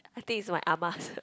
I think is my Ah ma's